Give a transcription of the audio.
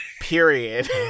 period